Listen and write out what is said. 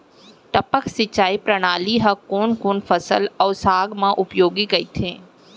टपक सिंचाई प्रणाली ह कोन कोन फसल अऊ साग म उपयोगी कहिथे?